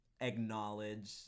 acknowledge